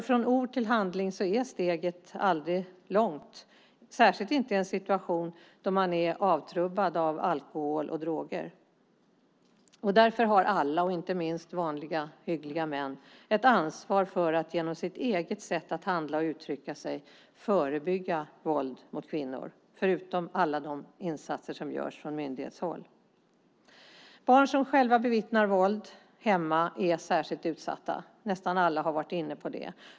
Från ord till handling är steget aldrig långt, särskilt inte i en situation då man är avtrubbad av alkohol och droger. Därför har alla, inte minst vanliga hyggliga män, ett ansvar för att genom sitt eget sätt att handla och uttrycka sig förebygga våld mot kvinnor förutom alla de insatser som görs från myndighetshåll. Barn som själva bevittnar våld hemma är särskilt utsatta. Nästan alla har varit inne på det.